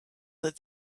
that